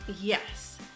Yes